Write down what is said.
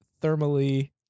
thermally